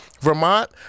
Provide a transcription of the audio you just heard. vermont